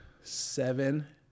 seven